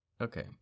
okay